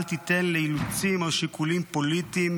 אל תיתן לאילוצים או לשיקולים פוליטיים